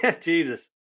jesus